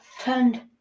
turned